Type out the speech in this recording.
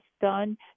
done